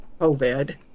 COVID